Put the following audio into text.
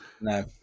No